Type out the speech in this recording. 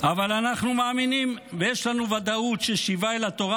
אבל אנחנו מאמינים ויש לנו ודאות ששיבה אל התורה,